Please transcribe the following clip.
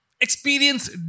experience